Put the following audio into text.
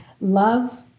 love